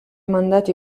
mandati